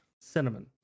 Cinnamon